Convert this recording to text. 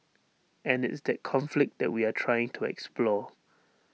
and it's that conflict that we are trying to explore